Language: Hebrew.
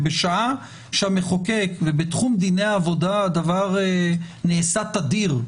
בשעה שהמחוקק ובתחום דיני העבודה הדבר נעשה תדיר,